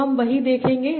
तो हम वही देखेंगे